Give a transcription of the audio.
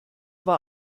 war